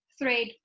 thread